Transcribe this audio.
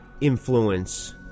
influence